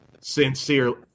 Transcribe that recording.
Sincerely